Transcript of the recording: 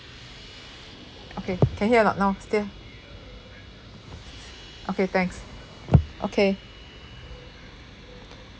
okay can hear or not now still okay thanks okay